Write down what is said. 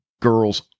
girl's